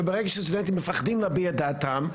וברגע שהסטודנטים מפחדים להביע את דעתם,